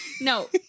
No